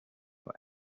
for